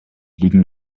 liegen